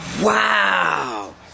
Wow